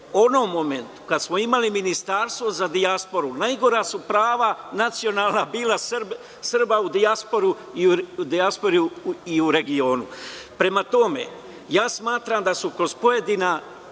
onom momentu kada smo imali Ministarstvo za dijasporu, najgora su prava nacionalna bila Srba u dijaspori i u regionu. Prema tome, smatram da su kroz pojedina